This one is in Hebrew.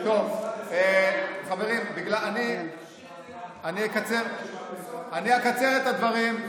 חברים, אני אקצר את הדברים.